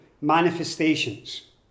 manifestations